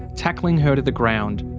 tackling her to the ground.